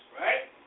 right